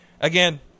again